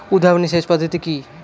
উদ্ভাবনী সেচ পদ্ধতি কি?